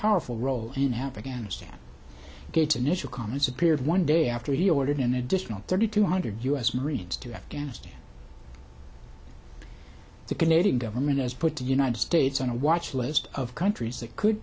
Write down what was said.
powerful role in afghanistan get an initial comments appeared one day after he ordered an additional thirty two hundred u s marines to afghanistan the canadian government has put the united states on a watch list of countries that could